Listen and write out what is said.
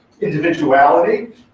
individuality